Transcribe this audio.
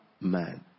man